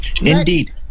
Indeed